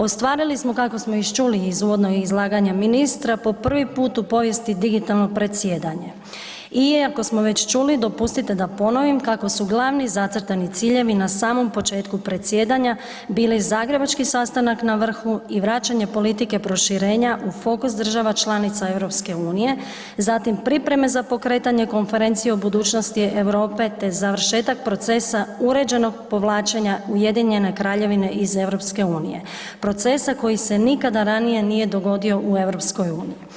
Ostvarili smo kako smo i čuli iz uvodnog izlaganja ministra po prvi put u povijesti digitalno predsjedanje, iako smo već čuli dopustite da ponovim kako su glavni zacrtani ciljevi na samom početku predsjedanja bili Zagrebački sastanak na vrhu i vraćanje politike proširenja u fokus država članica EU, zatim pripreme za pokretanje Konferencije o budućnosti Europe te završetak procesa uređenog povlačenja Ujedinjene Kraljevine iz EU, procesa koji se nikada ranije nije dogodio u EU.